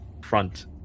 front